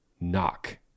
Knock